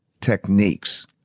techniques